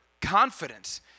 confidence